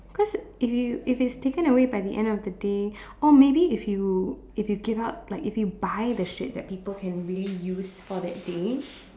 cause if you if it's taken away by the end of the day or maybe if you if you give out like if you buy the shit that people can really use for that day